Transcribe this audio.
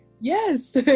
yes